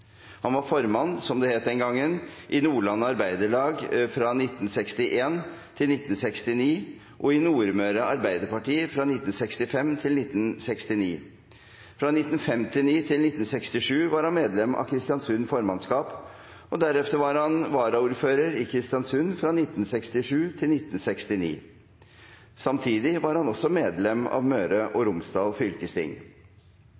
Han var formann, som det het den gangen, i Nordlandet Arbeiderlag fra 1961 til 1969 og i Nordmøre Arbeiderparti fra 1965 til 1969. Fra 1959 til 1967 var han medlem av Kristiansund formannskap. Deretter var han varaordfører i Kristiansund fra 1967 til 1969. Samtidig var han også medlem av Møre og Romsdal fylkesting.